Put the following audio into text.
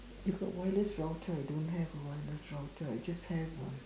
you got wireless router I don't have a wireless router I just have a